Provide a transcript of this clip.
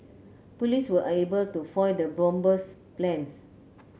police were able to foil the bomber's plans